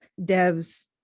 devs